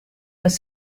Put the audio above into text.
was